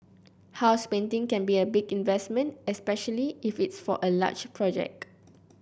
house painting can be a big investment especially if it's for a large project